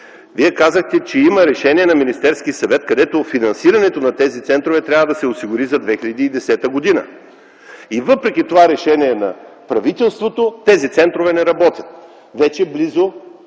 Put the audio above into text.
Вие казахте, че има решение на Министерския съвет, където финансирането на тези центрове за 2010 г. трябва да се осигури. И въпреки това решение на правителството тези центрове не работят вече близо